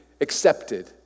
accepted